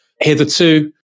Hitherto